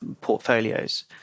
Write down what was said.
portfolios